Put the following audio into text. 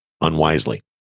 unwisely